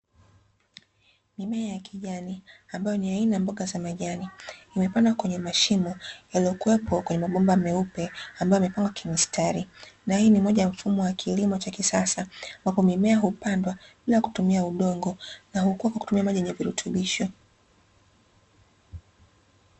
Mimea ya kijani ambayo ni aina ya mboga za majani, imepandwa kwenye mashimo yaliyokuwepo kwenye mabomba meupe, ambayo yamepangwa kimistari na hii ni moja ya mfumo wa kilimo cha kisasa ambapo mimea hupandwa bila kutumia udongo na hukua kwa kutumia maji yenye virutubisho.